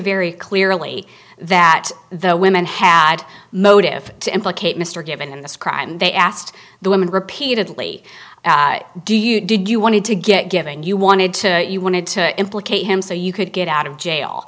very clearly that the women had motive to implicate mr gibbon in this crime and they asked the woman repeatedly do you did you wanted to get given you wanted to you wanted to implicate him so you could get out of